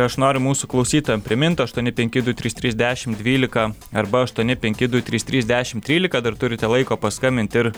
aš noriu mūsų klausytojam primint aštuoni penki du trys trys dešim dvylika arba aštuoni penki du trys trys dešim trylika dar turite laiko paskambint ir